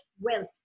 wealth